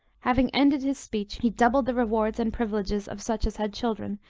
having ended his speech, he doubled the rewards and privileges of such as had children,